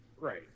right